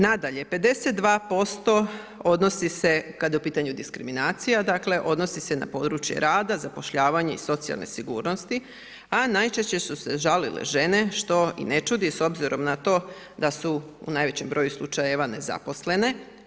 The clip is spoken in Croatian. Nadalje, 52% odnosi se, kada je u pitanju diskriminacija, odnosi se na područje rada, zapošljavanje i socijalnu sigurnost, a najčešće su se žalile žena što i ne čudi s obzirom na to da su u najvećem broju slučajeva nezaposlene.